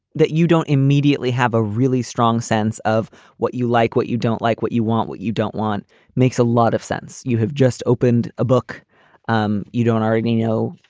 that you don't immediately have a really strong sense of what you like, what you don't like, what you want, what you don't want makes a lot of sense. you have just opened a book um you don't already know.